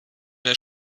der